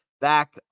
back